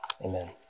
amen